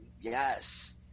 yes